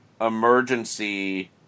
emergency